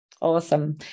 Awesome